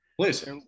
please